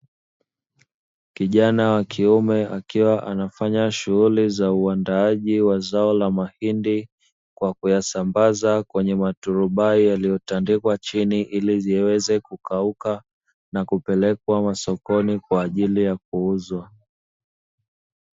Kijana wa kiume akiwa anafanya shughuli za uandaaji wa zao la mahindi kwa kuyasambaza kwenye maturubai yaliyotandikwa chini, ili ziweze kukauka na kupelekwa masokoni kwa ajili ya kuuzwa.